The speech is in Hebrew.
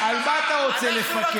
על מה אתה רוצה לפקח,